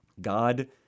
God